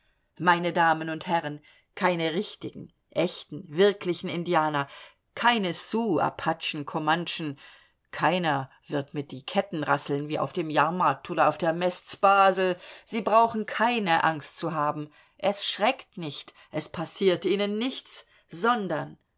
meine damen und herrn keine richtigen echten wirklichen indianer keine sioux apachen komantschen keiner wird mit die ketten rasseln wie auf dem jahrmarkt oder auf der mess z basel sie brauchen keine angst zu haben es schreckt nicht es passiert ihnen nichts sondern